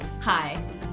Hi